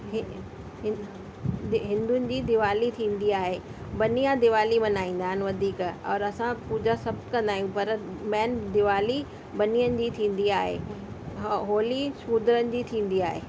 हे हे हिंद हिंदुनि जी दिवाली थींदी आहे बनिया दिवाली मल्हाईंदा आहिनि वधीक और असां पूॼा सभु कंदा आहियूं पर मेन दिवाली बनियनि जी थींदी आहे हो होली शूधरनि जी थींदी आहे